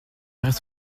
reste